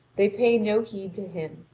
they pay no heed to him,